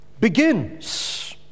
begins